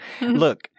Look